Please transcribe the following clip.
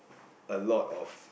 a lot of